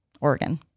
Oregon